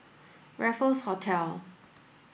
Raffles Hotel